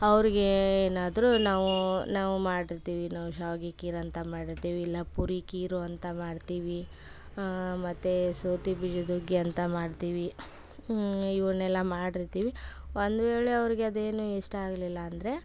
ಅವ್ರ್ಗೆ ಏನಾದರೂ ನಾವು ನಾವು ಮಾಡಿರ್ತೀವಿ ನಾವು ಶಾವಿಗೆ ಖೀರು ಅಂತ ಮಾಡಿರ್ತೀವಿ ಇಲ್ಲ ಪೂರಿ ಖೀರು ಅಂತ ಮಾಡ್ತೀವಿ ಮತ್ತು ಸೌತೆ ಬೀಜದ ಹುಗ್ಗಿ ಅಂತ ಮಾಡ್ತೀವಿ ಇವನ್ನೆಲ್ಲ ಮಾಡಿರ್ತೀವಿ ಒಂದು ವೇಳೆ ಅವ್ರ್ಗೆ ಅದೇನು ಇಷ್ಟ ಆಗಲಿಲ್ಲಾಂದ್ರೆ